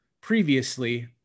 previously